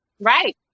right